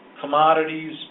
commodities